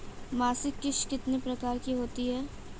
मासिक किश्त कितने प्रकार की होती है?